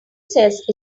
says